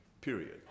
period